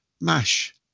mash